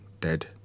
dead